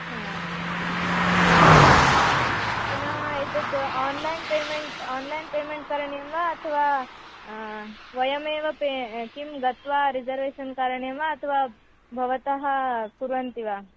हा हा अस्तु पुनः एतद् आन्लैन् पेमेण्ट् आन्लैन् पेमेण्ट् करणीयं वा अथवा वयमेव पे किं गत्वा रिज़र्वेशन् करणीयं वा अथवा भवन्तः कुर्वन्ति वा